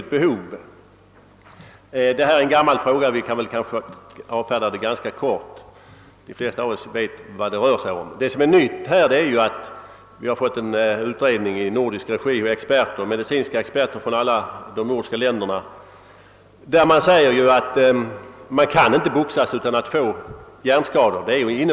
Det här med boxningen är en gammal fråga som vi kanske kan klara av med få ord; de flesta av oss vet vad det rör sig om. Det nya är att det har skett en utredning i nordisk regi av medicinska experter från alla nordiska länder. I utredningens betänkande framhålles att man inte kan boxas utan att få hjärnskador.